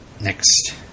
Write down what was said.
next